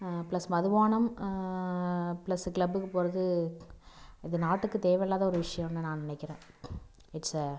plus மதுபானம் plus கிளப்புக்கு போகிறது இது நாட்டுக்கு தேவையில்லாத ஒரு விஷயம்னு நான் நினைக்கிறேன் இட்ஸ் எ